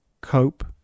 cope